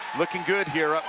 looking good here.